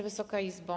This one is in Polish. Wysoka Izbo!